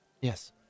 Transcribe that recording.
Yes